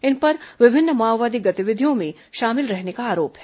इन पर विभिन्न माओवादी गतिविधियों में शामिल रहने का आरोप है